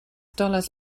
dollars